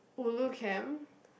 ulu camp